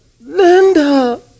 Linda